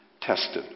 tested